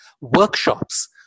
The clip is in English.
workshops